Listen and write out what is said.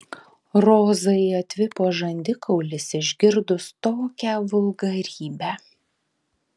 rozai atvipo žandikaulis išgirdus tokią vulgarybę